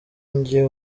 njye